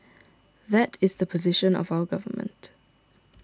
that is the position of our government